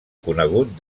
conegut